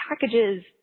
packages